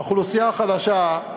האוכלוסייה החלשה,